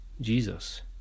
Jesus